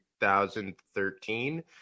2013